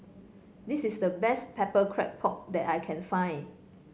this is the best pepper pork that I can find